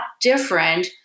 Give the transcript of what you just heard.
different